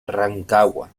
rancagua